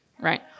right